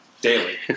daily